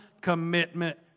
commitment